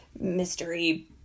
mystery